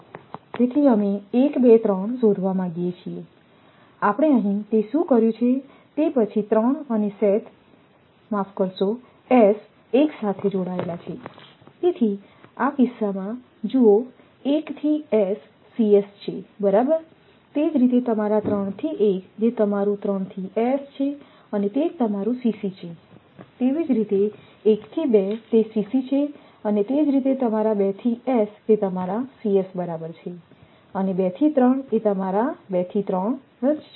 તેથી અમે 1 2 3 શોધવા માંગીએ છીએ આપણે અહીં તે શું કર્યું છે તે પછી 3 અને s એક સાથે જોડાયેલા છે તેથી આ કિસ્સામાં જુઓ 1 થી s છે બરાબર તે જ રીતે તમારા 3 થી 1 જે તમારું 3 થી s છે અને તે જ તમારું છે તેવી જ રીતે 1 થી 2 છે અને તે જ રીતે તમારા 2 થી s તે તમારા બરાબર છે અને 2 થી 3 એ તમારા 2 થી 3 જ છે